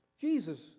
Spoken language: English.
Jesus